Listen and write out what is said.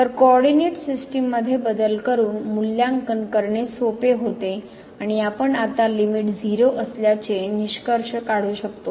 तर coordinate system मध्ये बदल करून मूल्यांकन करणे सोपे होते आणि आपण आता लिमिट 0 असल्याचे निष्कर्ष काढू शकतो